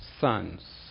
sons